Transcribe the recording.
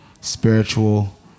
spiritual